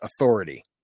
authority